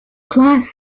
class